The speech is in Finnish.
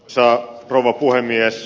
arvoisa rouva puhemies